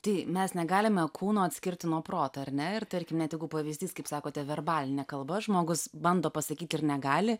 tai mes negalime kūno atskirti nuo proto ar ne ir tarkime tegu pavyzdys kaip sakote verbaline kalba žmogus bando pasakyti ir negali